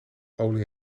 olie